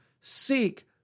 seek